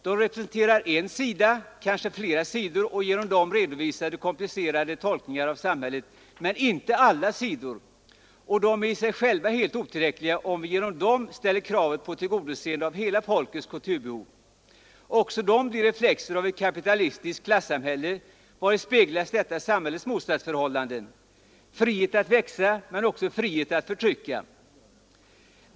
De representerar en sida, kanske flera sidor, och genom dem redovisas komplicerade tolkningar av samhället, men inte alla sidor. Och de är i sig själva helt otillräckliga om vi genom dem ställer kravet på tillgodoseende av hela folkets kulturbehov. Också de blir reflexer av ett kapitalistiskt klassamhälle vari speglas detta samhälles motsatsförhållanden: frihet att växa, men också frihet att förtrycka.